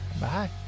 bye